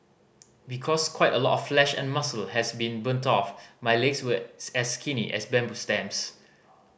because quite a lot of flesh and muscle has been burnt off my legs were as skinny as bamboo stems